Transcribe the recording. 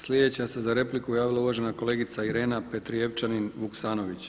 Sljedeća se za repliku javila uvažena kolegica Irena Petrijevčanin Vuksanović.